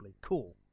Cool